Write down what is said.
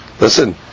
listen